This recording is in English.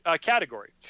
category